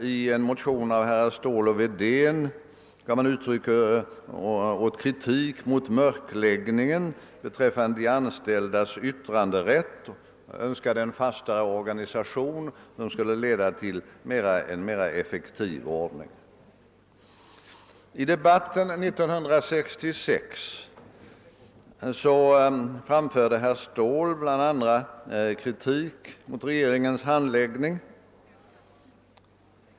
I en motion av herrar Ståhl och Wedén framfördes kritik mot mörkläggningen beträffande de anställdas yttränderätt. Motionärerna önskade en fastare organisation som skulle leda till en mer effektiv ordning. I debatten 'år 1966 framförde bl.a. herr Ståhl kritik mot regeringens handläggning.